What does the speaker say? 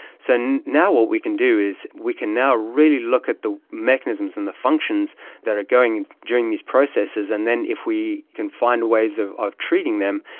so and now what we can do is we can now really look at the mechanisms and the functions that are going during these processes, and then if we can find ways of of treating them,